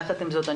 יחד עם זאת,